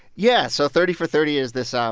yeah. so thirty for thirty is this, um